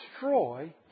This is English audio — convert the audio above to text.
destroy